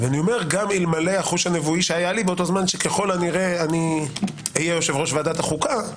וגם אלמלא החוש הנבואי שהיה לי שכנראה אני אהיה יושב-ראש ועדת החוקה,